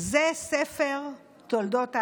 זה ספר תולדות האדם.